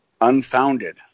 unfounded